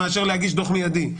מאשר להגיש דוח מיידי.